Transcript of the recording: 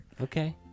Okay